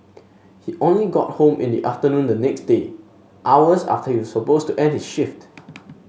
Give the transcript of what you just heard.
he only got home in the afternoon the next day hours after he was supposed to end his shift